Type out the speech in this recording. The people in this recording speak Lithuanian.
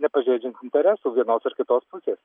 nepažeidžiant interesų vienos ar kitos pusės